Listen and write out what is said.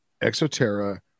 ExoTerra